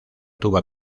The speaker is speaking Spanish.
tuba